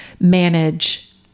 manage